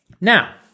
Now